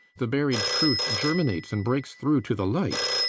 the buried truth germinates and breaks through to the light.